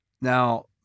Now